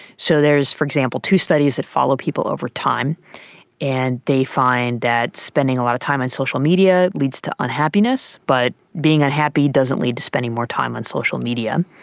so there is, for example, two studies that follow people over time and they find that spending a lot of time on social media leads to unhappiness, but being unhappy doesn't lead to spending more time on social media.